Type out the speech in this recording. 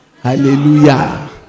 Hallelujah